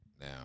Now